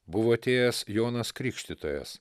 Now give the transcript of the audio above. buvo atėjęs jonas krikštytojas